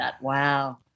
Wow